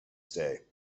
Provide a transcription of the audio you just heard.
stay